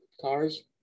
Cars